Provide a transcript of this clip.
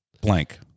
blank